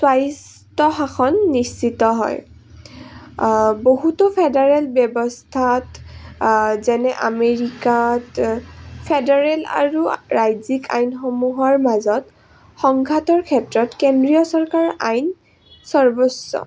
স্বাস্থ্য শাসন নিশ্চিত হয় বহুতো ফেডাৰেল ব্যৱস্থাত যেনে আমেৰিকাত ফেডাৰেল আৰু ৰাজ্যিক আইনসমূহৰ মাজত সংঘাটৰ ক্ষেত্ৰত কেন্দ্ৰীয় চৰকাৰৰ আইন সৰ্বোচ্চ